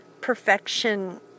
perfection